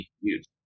use